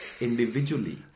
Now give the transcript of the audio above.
individually